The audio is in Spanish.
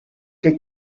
que